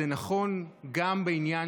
זה נכון גם בעניין